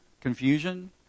Confusion